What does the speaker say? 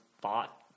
thought